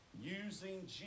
using